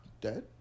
Dead